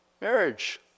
Marriage